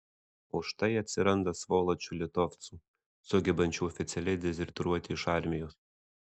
o štai atsiranda svoločių litovcų sugebančių oficialiai dezertyruoti iš armijos